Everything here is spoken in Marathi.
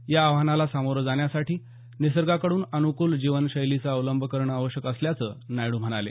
या आव्हानाला सामोरं जाण्यासाठी निसर्गाला अनुकूल जीवनशैलीचा अवलंब करणं आवश्यक असल्याचं नायडू म्हणाले